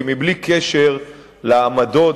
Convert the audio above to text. כי בלי קשר לעמדות,